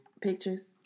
Pictures